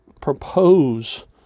propose